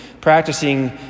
practicing